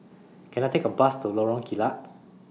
Can I Take A Bus to Lorong Kilat